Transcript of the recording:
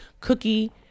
Cookie